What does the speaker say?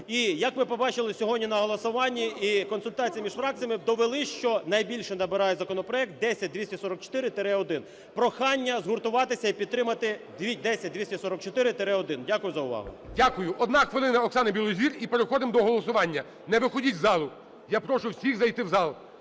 І як ви побачили сьогодні на голосуванні і консультації між фракціями довели, що найбільше набирає законопроект 10244-1. Прохання згуртуватися і підтримати 10244-1. Дякую за увагу. ГОЛОВУЮЧИЙ. Дякую. Одна хвилина – Оксана Білозір. І переходимо до голосування. Не виходьте із залу! Я прошу всіх зайти в зал!